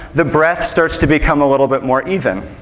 the breath starts to become a little bit more even.